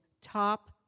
top